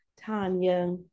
Tanya